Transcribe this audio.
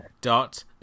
dot